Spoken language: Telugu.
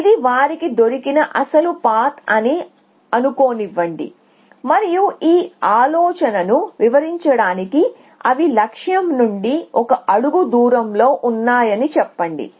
ఇది వారికి దొరికిన అసలు పాత్ అని అనుకోనివ్వండి మరియు ఈ ఆలోచనను వివరించడానికి అవి లక్ష్యం నుండి ఒక అడుగు దూరంలో ఉన్నాయని చెప్పండి